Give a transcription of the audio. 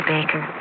Baker